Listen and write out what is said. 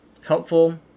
helpful